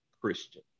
Christian